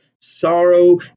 sorrow